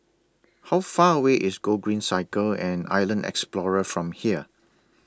How Far away IS Gogreen Cycle and Island Explorer from here